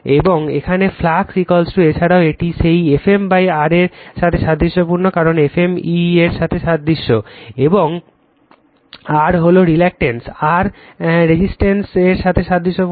এবং এখানে ফ্লাক্স এছাড়াও এটি সেই Fm R এর সাথে সাদৃশ্যপূর্ণ কারণ Fm E এর সাথে সাদৃশ্য এবং R হলো রিলাক্টেনস R রেসিসটেন্স এর সাথে সাদৃশ্যপূর্ণ